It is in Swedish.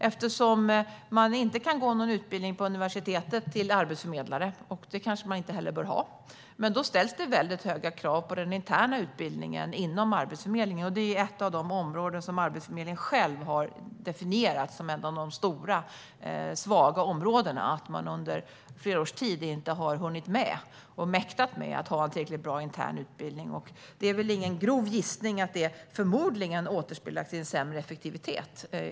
Eftersom man inte kan gå någon utbildning på universitetet för att bli arbetsförmedlare - och det kanske man inte heller bör kunna - ställs det mycket höga krav på den interna utbildningen inom Arbetsförmedlingen. Detta är ett av de områden som Arbetsförmedlingen själv har definierat som svagt. Under flera års tid har man inte hunnit eller mäktat med att ha en tillräckligt bra intern utbildning. Det är väl ingen grov gissning att det förmodligen återspeglas i en sämre effektivitet.